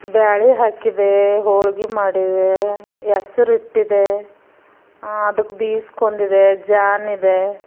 ಬೇಳೆ ಹಾಕಿದ್ದೇ ಹೊಳ್ಗೆ ಮಾಡಿದೆ ಹೆಸ್ರು ಇಟ್ಟಿದ್ದೆ ಅದಕ್ಕೆ ಬೀಸ್ಕೊಂಡಿದ್ದೆ ಜಾನಿದೆ